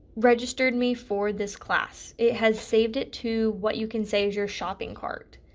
registered me for this class. it has saved it to what you can say is your shopping cart.